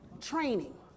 Training